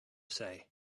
say